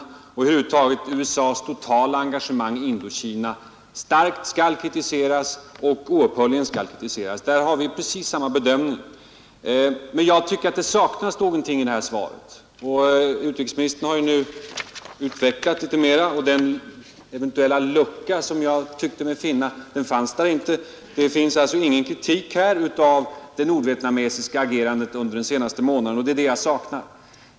Jag menar att över huvud taget USA:s engagemang i Indokina skall kritiseras starkt och oupphörligen. Där har vi precis samma bedömning. Jag tycker dock att det saknas någonting i svaret. Utrikesministern har nu utvecklat svaret litet mer, och den lucka jag tyckte mig finna förut fanns där inte. Det finns alltså ingen kritik av det nordvietnamesiska agerandet den senaste månaden, och det är det jag saknar.